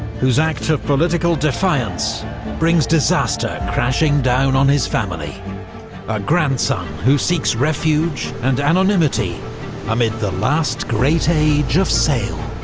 whose act of political defiance brings disaster crashing down on his family. a grandson, who seeks refuge and anonymity amid the last great age of sail.